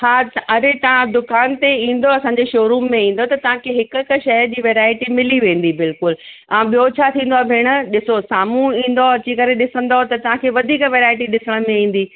हा त अरे तव्हां दुकान ते ईंदव असांजे शोरूम में ईंदव त तव्हांखे हिक हिक शइ जी वैरायटी मिली वेंदी बिल्कुलु ऐं ॿियो छा थींदो आहे भेणु ॾिसो साम्हूं ईंदो अची करे ॾिसंदव त तव्हांखे वधीक वैरायटी ॾिसण में ईंदी